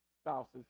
spouses